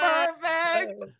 Perfect